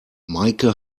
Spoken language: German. meike